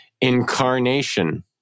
incarnation